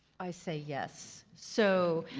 i say yes. so